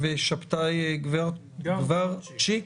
שבתי גרברצ'יק.